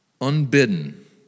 Unbidden